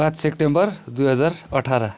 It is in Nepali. पाँच सेप्टेम्बर दुई हजार आठाह्र